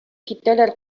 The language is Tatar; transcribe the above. китәләр